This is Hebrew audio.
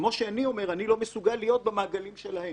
כמו שאני אומר שאני לא מסוגל להיות במעגלים שלהן,